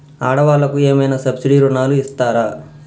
ఆడ వాళ్ళకు ఏమైనా సబ్సిడీ రుణాలు ఇస్తారా?